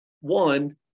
one